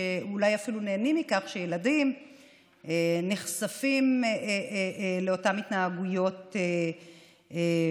שאולי אפילו נהנים מכך שילדים נחשפים לאותן התנהגויות בעייתיות.